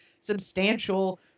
substantial